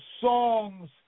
songs